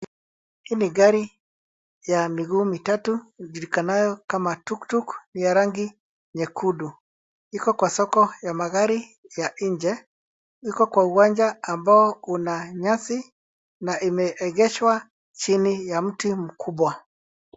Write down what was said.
Hii ni gari ya migumu mitatu ijulikanayo kama tuktuk. Ni ya rangi nyekundu, iko kwa soko ya magari ya nje, iko kwa uwanja ambao una nyasi na imeegeshwa chini ya mti mkubwa.